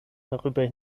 darüber